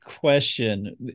question